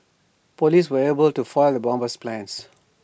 Police were able to foil the bomber's plans